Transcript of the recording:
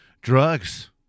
drugs